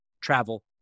travel